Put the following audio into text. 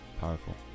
powerful